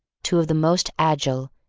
two of the most agile,